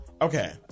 okay